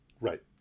right